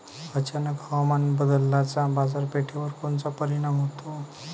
अचानक हवामान बदलाचा बाजारपेठेवर कोनचा परिणाम होतो?